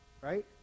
right